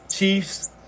Chiefs